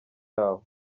yabo